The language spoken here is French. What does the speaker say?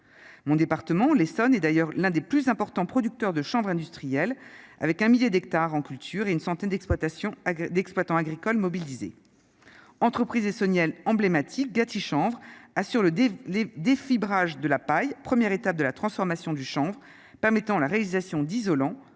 mon département, l'Essonne et d'ailleurs l'un des plus importants producteurs de chanvre industriel avec un millier d'hectares en culture et une centaine d'exploitation d'exploitants agricoles mobilisés entreprises estoniennes emblématique Gatti chambre assure sur le les défis barrage de la paille, premières étape de la transformation du chanvre permettant la réalisation d'isolant